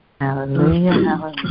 hallelujah